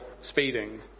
speeding